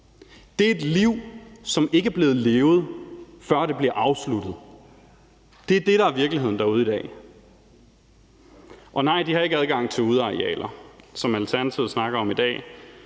Det er et liv, som ikke er blevet levet, før det bliver afsluttet. Det er det, der er virkeligheden derude i dag. Og nej, de har ikke adgang til udearealer, som Alternativet snakker om i dag.